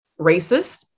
racist